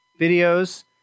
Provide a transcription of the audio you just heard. videos